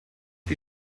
die